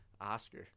Oscar